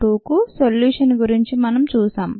2 కు సొల్యూషన్ గురించి మనం చూశాం